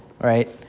right